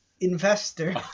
investor